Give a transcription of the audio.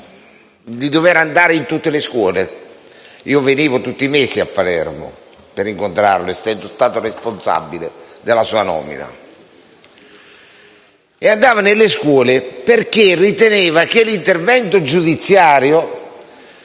di dover andare in tutte le scuole. Io andavo tutti i mesi a Palermo per incontrarlo, essendo stato responsabile della sua nomina. Egli andava nelle scuole perché riteneva che l'intervento giudiziario